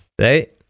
Right